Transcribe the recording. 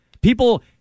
People